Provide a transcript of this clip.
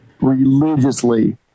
religiously